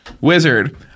Wizard